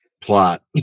plot